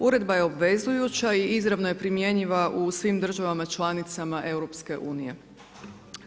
Uredba je obvezujuća i izravno je primjenjiva u svim državama članicama EU-a.